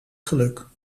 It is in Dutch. geluk